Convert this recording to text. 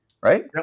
Right